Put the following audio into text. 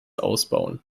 ausbauen